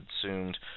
consumed